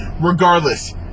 Regardless